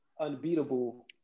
unbeatable